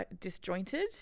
disjointed